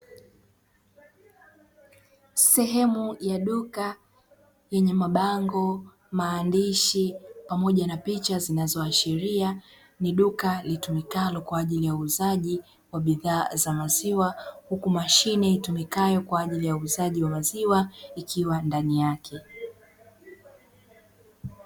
Sehemu ya duka yenye mabango, maandishi pamoja na picha; zinazoashiria ni duka litumikalo kwa ajili ya uuzaji wa bidhaa za maziwa, huku mashine itumikayo kwa ajili ya uuzaji wa maziwa ikiwa ndani yake.